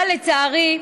אבל, לצערי,